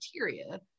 criteria